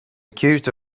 accused